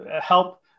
help